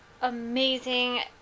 amazing